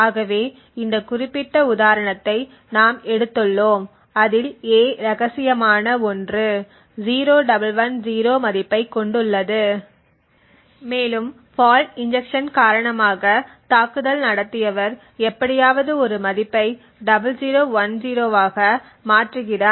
ஆகவே இந்த குறிப்பிட்ட உதாரணத்தை நாம் எடுத்துள்ளோம் அதில் a இரகசியமான ஒன்று 0110 மதிப்பைக் கொண்டுள்ளது மேலும் ஃபால்ட் இன்ஜெக்ஷன் காரணமாக தாக்குதல் நடத்தியவர் எப்படியாவது ஒரு மதிப்பை 0010 ஆக மாற்றுகிறார்